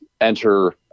enter